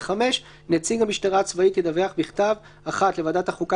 (5) נציג המשטרה הצבאית ידווח בכתב: 1. לוועדת החוקה,